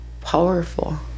powerful